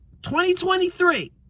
2023